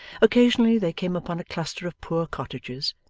occasionally they came upon a cluster of poor cottages,